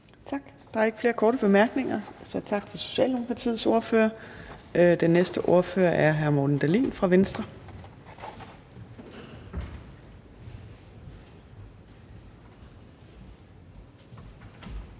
Tak. Der er ikke flere korte bemærkninger, så tak til Socialdemokratiets ordfører. Den næste ordfører hr. Morten Dahlin fra Venstre.